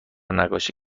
نقاشی